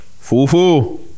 Fufu